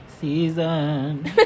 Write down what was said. Season